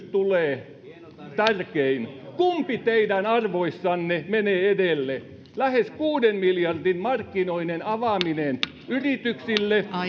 tulee tärkein kysymys kumpi teidän arvoissanne menee edelle lähes kuuden miljardin markkinoiden avaaminen yrityksille